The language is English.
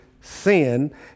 sin